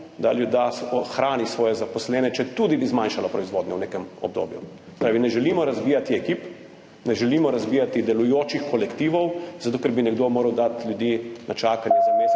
da ohrani svoje zaposlene, četudi bi zmanjšala proizvodnjo v nekem obdobju. Se pravi, ne želimo razbijati ekip, ne želimo razbijati delujočih kolektivov, ker bi nekdo moral dati ljudi na čakanje za mesec